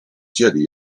dzieli